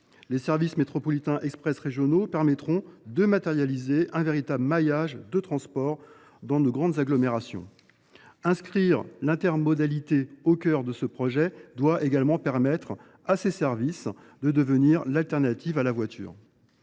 Les services express régionaux métropolitains permettront de matérialiser un véritable maillage de transport dans nos grandes agglomérations. Inscrire l’intermodalité au cœur de ce projet doit également permettre à ces services de se substituer à la voiture.